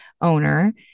owner